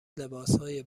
لباسهای